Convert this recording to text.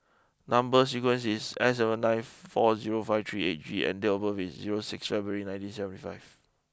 number sequence is S zero nine four zero five three eight G and date of birth is zero six February nineteen seventy five